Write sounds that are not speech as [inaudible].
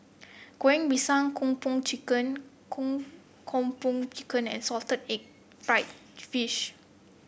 Goreng Pisang Kung Po Chicken [unintelligible] Kung Po Chicken and Salted Egg fried fish